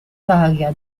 varia